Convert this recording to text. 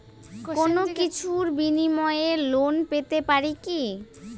কোনো কিছুর বিনিময়ে লোন পেতে পারি কি?